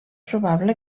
probable